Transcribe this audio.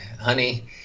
honey